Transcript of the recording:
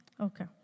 Okay